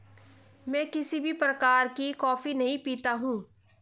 मैं किसी भी प्रकार की कॉफी नहीं पीता हूँ